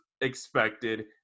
expected